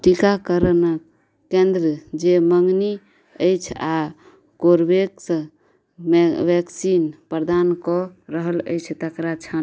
टीकाकरण केन्द्र जे मँगनी अछि आओर कोरबैक्स वैक्सीन प्रदान कऽ रहल अछि तकरा छाँटू